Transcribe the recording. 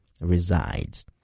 resides